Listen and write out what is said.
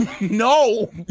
no